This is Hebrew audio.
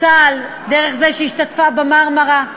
צה"ל דרך זה שהיא השתתפה ב"מרמרה",